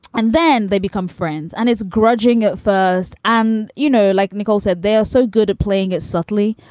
and then they become friends. and it's grudging at first. and, you know, like nicole said, they are so good at playing it subtly.